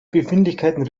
befindlichkeiten